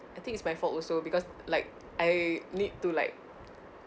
I think it's my fault also because like I need to like